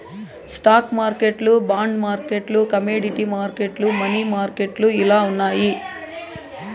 stock మార్కెట్లు bond మార్కెట్లు commodity మార్కెట్లు, మనీ మార్కెట్లు ఇలా ఉన్నాయి